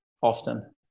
often